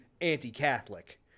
anti-Catholic